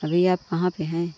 अभी आप कहाँ पर हैं